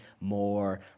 more